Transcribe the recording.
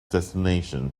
destination